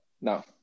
No